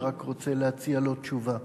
אני רק רוצה להציע לו תשובה: